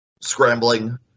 scrambling